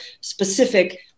specific